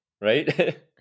Right